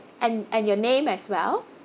and and your name as well